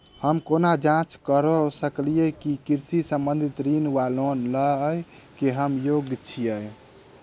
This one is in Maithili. हम केना जाँच करऽ सकलिये की कृषि संबंधी ऋण वा लोन लय केँ हम योग्य छीयै?